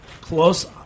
Close